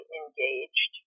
engaged